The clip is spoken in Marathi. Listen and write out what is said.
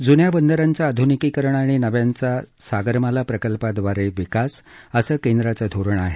जुन्या बंदरांचं आधुनिकीकरण आणि नव्यांचा सागरमाला प्रकल्पाद्वारे विकास असं केंद्राचं धोरण आहे